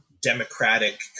democratic